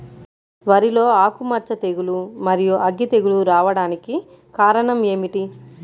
వరిలో ఆకుమచ్చ తెగులు, మరియు అగ్గి తెగులు రావడానికి కారణం ఏమిటి?